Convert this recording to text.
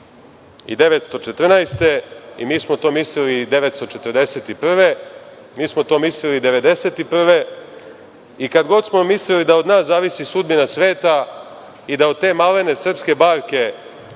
i 1914, mi smo to mislili i 1941, mi smo to mislili i 1991. godine i kad god smo mislili da od nas zavisi sudbina sveta i da od te malene srpske barke